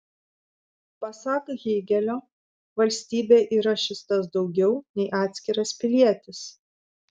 pasak hėgelio valstybė yra šis tas daugiau nei atskiras pilietis